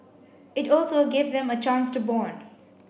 it also gave them a chance to bond